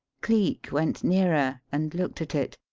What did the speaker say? cleek went nearer and looked at it,